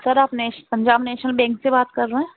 سر آپ national Punjab national bank سے بات کر رہے ہیں